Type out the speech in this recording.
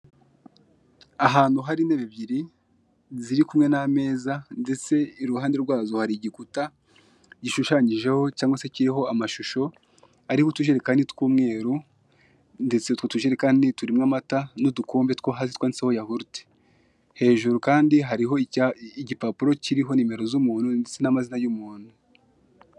Ahantu hari intebe ebyiri ziri kumwe na meza ndetse iruhande rwazo hari igikuta gishushanyizeho cyangwa se kiriho amashusho ariho utujerekani tw'umweru ndetse utwo tujerekani turimo amata n'udukombe two hasi twanzitseho yahurute hejuru kandi hariho igipapuro kiriho nimero z'umuntu ndetse n'amazina y'umuntu.